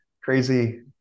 crazy